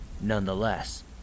nonetheless